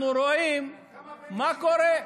אנחנו רואים מה קורה.